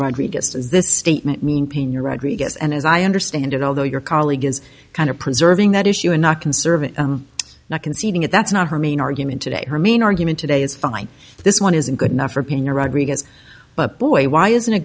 rodriguez does this statement mean pain you're rodriguez and as i understand it although your colleague is kind of preserving that issue and not conserving not conceding it that's not her main argument today her main argument today is fine this one isn't good enough for pena rodriguez but boy why isn't